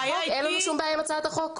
אין לנו שום בעיה עם הצעת החוק.